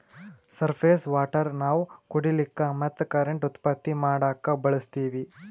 surface water ನಾವ್ ಕುಡಿಲಿಕ್ಕ ಮತ್ತ್ ಕರೆಂಟ್ ಉತ್ಪತ್ತಿ ಮಾಡಕ್ಕಾ ಬಳಸ್ತೀವಿ